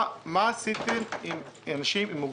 אולי גם הוא מאמין בזה שהמתפלל על חברו נהנה תחילה.